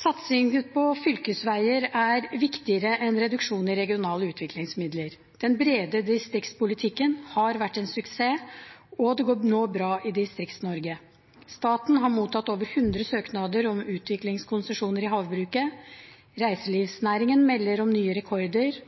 Satsing på fylkesveier er viktigere enn reduksjonen i regionale utviklingsmidler. Den brede distriktspolitikken har vært en suksess, og det går nå bra i Distrikts-Norge. Staten har mottatt over 100 søknader om utviklingskonsesjoner i havbruket. Reiselivsnæringen melder om nye rekorder.